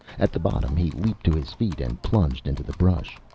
at the bottom he leaped to his feet and plunged into the brush.